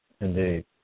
Indeed